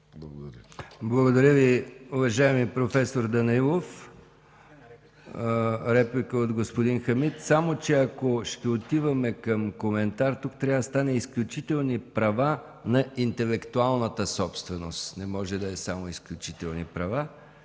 Благодаря Ви, уважаеми професор Данаилов. Ще дам думата за реплика на господин Хамид, но само че, ако ще отиваме към коментар, тук трябва да стане „изключителни права на интелектуалната собственост“, не може да е само „изключителни права“